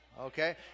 okay